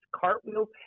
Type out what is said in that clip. cartwheels